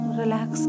relax